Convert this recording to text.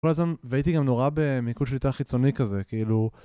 כל הזמן, והייתי גם נורא במיקוד שליטה חיצוני כזה, כאילו...